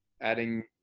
Adding